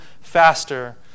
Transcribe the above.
faster